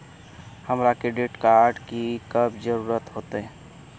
हमरा credit card की कब जरूरत होते?